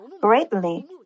greatly